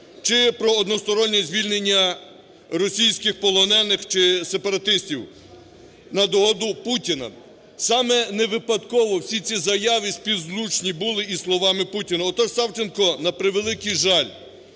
чи про одностороннє звільнення російських полонених чи сепаратистів на догоду Путіна. Саме невипадково всі ці заяви співзвучні були із словами Путіна. Отож, Савченко, на превеликий жаль,